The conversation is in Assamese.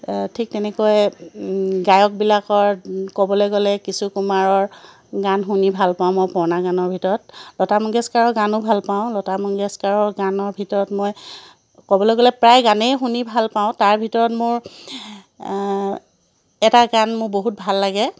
ঠিক তেনেকৈ গায়কবিলাকৰ ক'বলৈ গ'লে কিশোৰ কুমাৰৰ গান শুনি ভাল পাওঁ মই পুৰণা গানৰ ভিতৰত লতা মঙ্গেশকাৰৰ গানো ভাল পাওঁ লতা মঙ্গেশকাৰৰ গানৰ ভিতৰত মই ক'বলৈ গ'লে প্ৰায় গানেই শুনি ভাল পাওঁ তাৰ ভিতৰত মোৰ এটা গান মোৰ বহুত ভাল লাগে